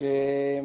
אם